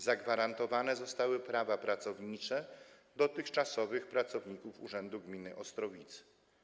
Zagwarantowane zostały prawa pracownicze dotychczasowych pracowników Urzędu Gminy Ostrowice.